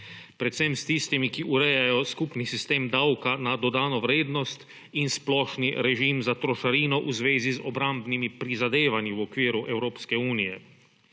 predvsem s tistimi, ki urejajo skupni sistem davka na dodano vrednost in splošni režim za trošarino v zvezi z obrambnimi prizadevanji v okviru Evropske unije.